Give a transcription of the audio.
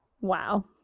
Wow